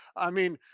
i mean,